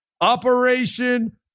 Operation